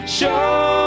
show